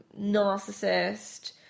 narcissist